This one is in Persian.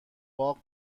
باغ